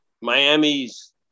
Miami's